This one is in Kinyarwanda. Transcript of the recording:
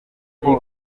kuko